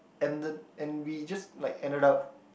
ended and we just like ended up